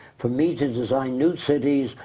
for me to design new cities,